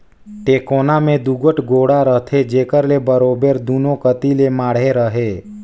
टेकोना मे दूगोट गोड़ा रहथे जेकर ले बरोबेर दूनो कती ले माढ़े रहें